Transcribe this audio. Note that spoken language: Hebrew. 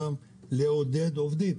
לעודד עובדים